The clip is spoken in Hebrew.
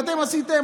אתם עשיתם,